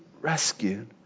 rescued